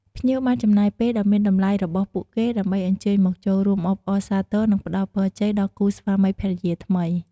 ភ្ញៀវបានចំណាយពេលដ៏មានតម្លៃរបស់ពួកគេ ដើម្បីអញ្ជើញមកចូលរួមអបអរសាទរ និងផ្តល់ពរជ័យដល់គូស្វាមីភរិយាថ្មី។